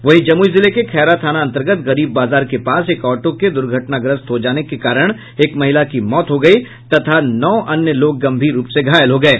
वहीं जमुई जिले के खैरा थाना अंतर्गत गरीब बाजार के पास एक ऑटो के दुर्घटनाग्रस्त हो जाने के कारण एक महिला की मौत हो गयी तथा नौ अन्य लोग गंभीर रूप से घायल हो गये